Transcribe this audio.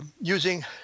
using